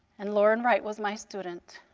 and lauren wright was my student.